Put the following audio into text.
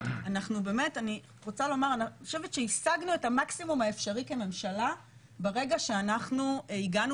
אני חושבת שהשגנו את המקסימום האפשרי כממשלה ברגע שאנחנו הגענו